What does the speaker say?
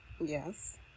Yes